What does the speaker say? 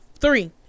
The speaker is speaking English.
three